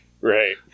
right